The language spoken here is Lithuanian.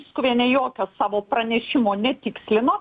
pinskuvienė jokio savo pranešimo netikslino